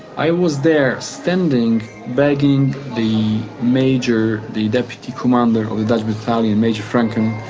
i was there, standing, begging the major, the deputy commander of the dutch battalion, major franken,